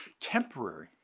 temporary